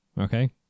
okay